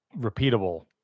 repeatable